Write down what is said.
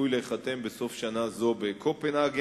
שצפוי להיחתם בסוף שנה זו בקופנהגן.